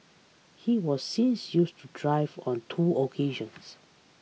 he was since used to drive on two occasions